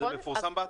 זה פורסם באתר.